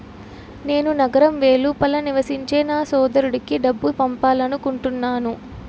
నేను నగరం వెలుపల నివసించే నా సోదరుడికి డబ్బు పంపాలనుకుంటున్నాను